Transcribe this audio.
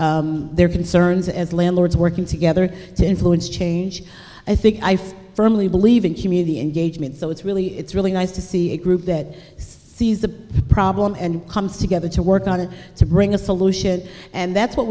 their concerns as landlords working together to influence change i think i firmly believe in community engagement so it's really it's really nice to see a group that sees the problem and comes together to work on it to bring a solution and that's what